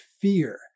fear